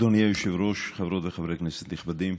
אדוני היושב-ראש, חברות וחברי כנסת נכבדים,